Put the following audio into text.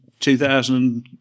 2000